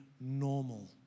normal